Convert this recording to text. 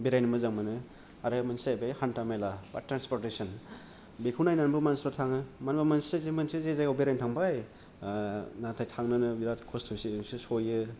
बेरायनो मोजां मोनो आरो मोनसेया जायैबाय हान्था मेला बा ट्रान्सपर्तथेसोन बेखौ नायनानैबो मानसिफोरा थाङो मानोना मानसिफोरा जे मोनसे जायगायाव बेरायनो थांबाय नाथाय थांनानै बिराथ खस्थ'जोंसो सहैयो